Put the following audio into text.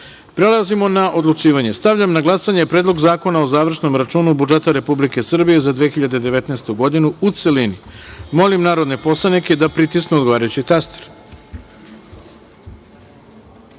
celini. Prelazimo na odlučivanje. Stavljam na glasanje Predlog zakona o završnom računu budžeta Republike Srbije za 2019. godinu, u celini. Molim narodne poslanike da pritisnu odgovarajući